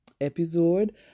episode